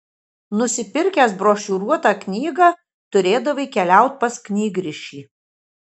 nusipirkęs brošiūruotą knygą turėdavai keliaut pas knygrišį